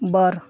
ᱵᱟᱨ